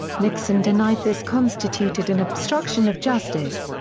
nixon denied this constituted an obstruction of justice,